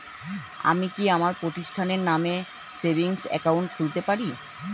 আমি কি আমার প্রতিষ্ঠানের নামে সেভিংস একাউন্ট খুলতে পারি?